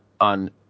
on